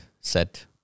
set